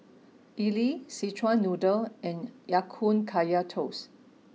Idly Szechuan Noodle and Ya Kun Kaya Toast